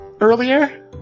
earlier